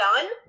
done